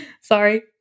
Sorry